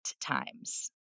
times